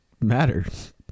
matters